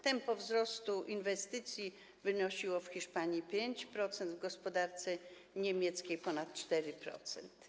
Tempo wzrostu inwestycji wynosiło w Hiszpanii 5%, w gospodarce niemieckiej - ponad 4%.